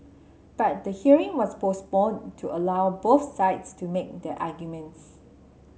but the hearing was postponed to allow both sides to make their arguments